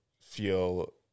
feel